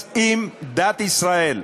אז אם דת ישראל,